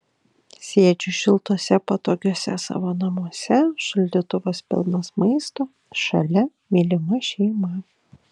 sėdžiu šiltuose patogiuose savo namuose šaldytuvas pilnas maisto šalia mylima šeima